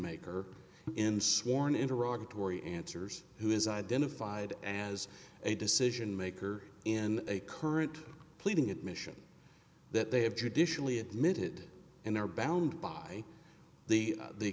maker in sworn in iraq a tory answers who is identified as a decision maker in a current pleading admission that they have judicially admitted and are bound by the